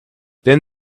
then